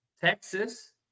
Texas